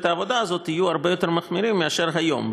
העבודה הזאת יהיו הרבה יותר מחמירים מאשר היום,